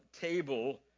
table